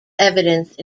evidence